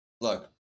look